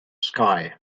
sky